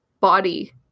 body